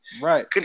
Right